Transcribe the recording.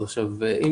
מהאיכונים.